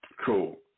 Cool